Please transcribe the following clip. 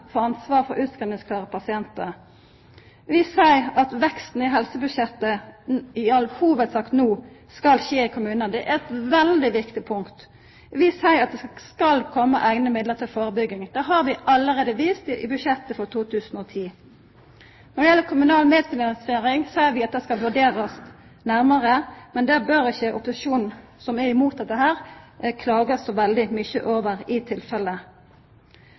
for utskrivingsklare pasientar. Vi seier at veksten i helsebudsjettet i all hovudsak no skal skje i kommunane – det er eit veldig viktig punkt. Vi seier at det skal koma eigne midlar til førebygging. Det har vi allereie vist i budsjettet for 2010. Når det gjeld kommunal medfinansiering, seier vi at det skal vurderast nærmare, men det bør ikkje opposisjonen, som er imot dette, klaga så veldig mykje over, i